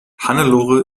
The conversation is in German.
hannelore